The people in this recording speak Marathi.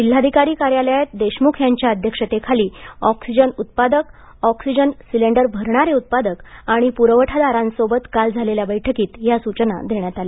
जिल्हाधिकारी कार्यालयात देशमुख यांच्या अध्यक्षतेखाली ऑक्सिजन उत्पादक ऑक्सिजन सिलेंडर भरणारे उत्पादक आणि प्रवठादारांसोबत काल झालेल्या बैठकित ह्या सूचना देण्यात आल्या